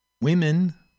women